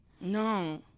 No